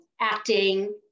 acting